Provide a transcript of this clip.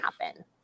happen